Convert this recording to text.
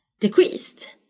decreased